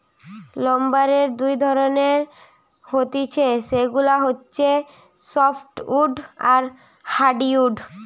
লাম্বারের দুই ধরণের হতিছে সেগুলা হচ্ছে সফ্টউড আর হার্ডউড